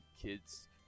kids